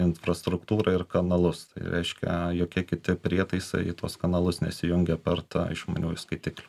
infrastruktūrą ir kanalus tai reiškia jokie kiti prietaisai į tuos kanalus nesijungia apart išmaniųjų skaitiklių